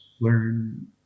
learn